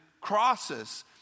crosses